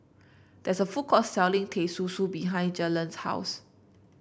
there is a food court selling Teh Susu behind Jalen's house